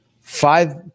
five